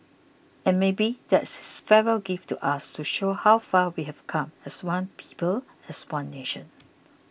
and maybe that's his farewell gift to us to show how far we've come as one people as one nation